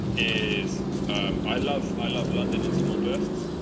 is i love i love london in small bursts.